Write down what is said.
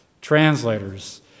translators